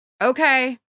okay